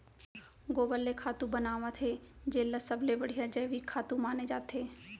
गोबर ले खातू बनावत हे जेन ल सबले बड़िहा जइविक खातू माने जाथे